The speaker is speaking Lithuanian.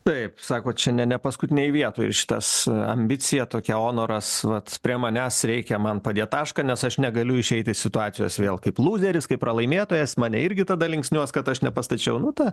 taip sako čia ne ne paskutinėj vietoj šitas ambicija tokia onoras vat prie manęs reikia man padėt tašką nes aš negaliu išeit iš situacijos vėl kaip luzeris kaip pralaimėtojas mane irgi tada linksniuos kad aš nepastačiau nu ta